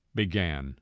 began